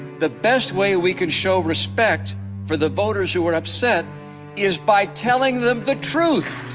the best way we can show respect for the voters who are upset is by telling them the truth.